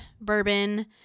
bourbon